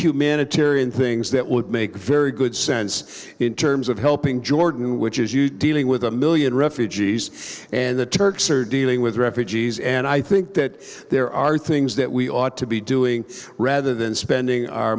minute tarion things that would make very good sense in terms of helping jordan which is you dealing with a million refugees and the turks are dealing with refugees and i think that there are things that we ought to be doing rather than spending our